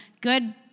good